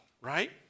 right